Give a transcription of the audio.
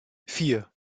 vier